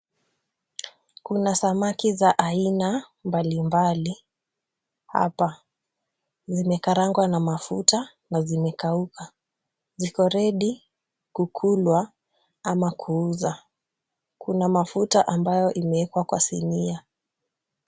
Kuna samaki za aina mbalimbali hapa. Zimekaangwa na mafuta na zimekauka. Ziko ready kukulwa ama kuuza. Kuna mafuta ambayo imewekwa kwa sinia.